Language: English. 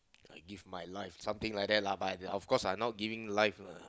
I give my life something like that lah but of course I not giving life lah